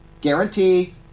Guarantee